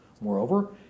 Moreover